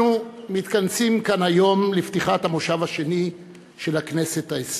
אנחנו מתכנסים כאן היום בפתיחת המושב השני של הכנסת העשרים.